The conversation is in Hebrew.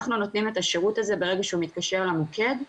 אנחנו נותנים את השירות הזה ברגע שהוא מתקשר למוקד,